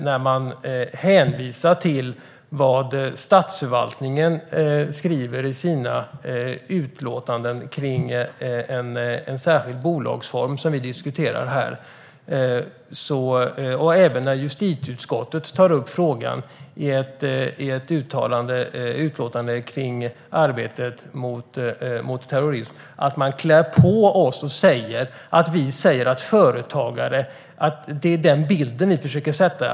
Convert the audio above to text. När man hänvisar till vad statsförvaltningen skriver i sina utlåtanden om en särskild bolagsform - även justitieutskottet tar upp frågan i ett utlåtande om arbetet mot terrorism - kan man inte säga att vi hävdar att företagare skulle ägna sig åt detta.